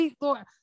Lord